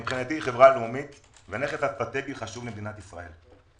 שהם מבחינתי חברה לאומית ונכס אסטרטגי חשוב למדינת ישראל.